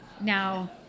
now